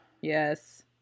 yes